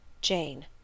Jane